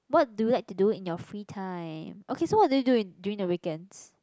what do you like to do in your free time okay so what do you do in during the weekends